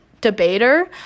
debater